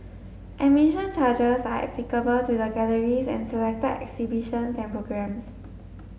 admission charges are applicable to the galleries and selected exhibitions and programmes